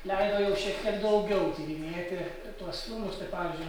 leido jau šiek tiek daugiau tyrinėti tuos filmus tai pavyzdžiui